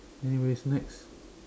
anyway next